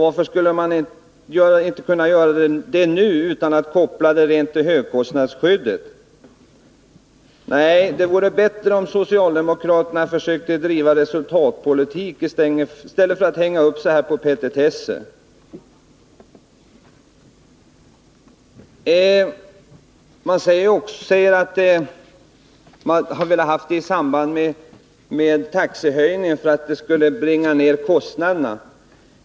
Varför skulle man inte kunna göra det nu, utan att koppla det till högkostnadsskyddet? Nej, det vore bättre om socialdemokraterna försökte driva resultatpolitik, i stället för att hänga upp sig på petitesser. Man säger att man har velat införa högkostnadsskyddet i samband med taxehöjningen därför att det skulle nedbringa kostnaderna.